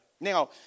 Now